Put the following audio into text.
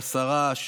השרה,